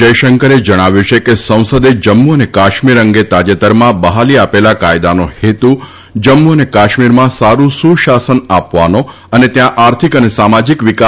જયશંકરે જણાવ્યું છે કે સંસદે જમ્મુ અને કાશ્મીર અંગે તાજેતરમાં બહાલી આપેલા કાયદાનો હેતુ જમ્મુ અને કાશ્મીરમાં સારૂં સુશાસન આપવાનો અને ત્યાં આર્થિક અને સામાજિક વિકાસને વધારવાનો છે